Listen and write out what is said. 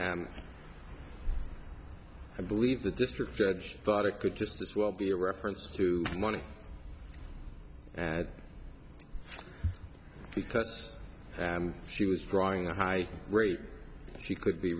and i believe the district judge thought it could just as well be a reference to money because she was drawing a high rate she could be